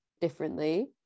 differently